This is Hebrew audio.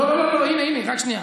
לא, לא, הינה, רק שנייה.